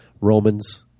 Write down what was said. Romans